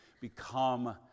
become